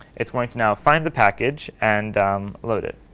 it's going to now find the package and load it.